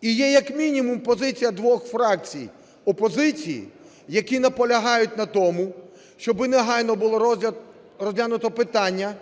І є як мінімум позиція двох фракцій опозиції, які наполягають на тому, щоб негайно було розглянуто питання